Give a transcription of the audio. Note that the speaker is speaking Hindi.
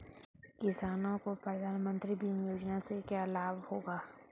किसानों को प्रधानमंत्री बीमा योजना से क्या लाभ होगा?